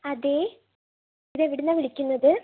അതെ ഇത് എവിടുന്നാണ് വിളിക്കുന്നത്